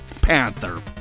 panther